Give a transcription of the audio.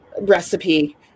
recipe